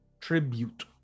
tribute